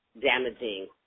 damaging